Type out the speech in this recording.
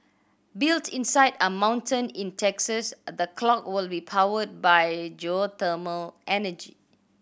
built inside a mountain in Texas the clock will be powered by geothermal energy